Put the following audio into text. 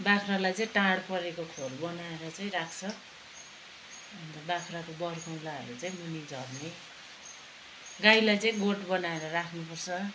बाख्रालाई चाहिँ टाँड परेको खोर बनाएर चाहिँ राख्छ अन्त बाख्राको बडकुँलाहरू चाहिँ मुनि झर्ने गाईलाई चाहिँ गोठ बनाएर राख्नु पर्छ